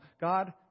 God